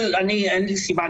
אין לי סיבה,